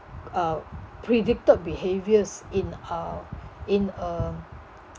uh predicted behaviours in uh in a